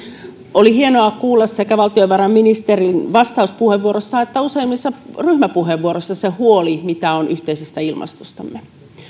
oli hienoa kuulla sekä valtiovarainministerin vastauspuheenvuorossa että useimmissa ryhmäpuheenvuoroissa se huoli mitä on yhteisestä ilmastostamme